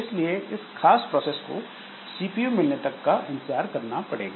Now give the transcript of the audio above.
इसलिए इस खास प्रोसेस को सीपीयू मिलने तक इंतजार करना पड़ेगा